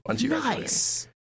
Nice